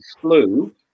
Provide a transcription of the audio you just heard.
flu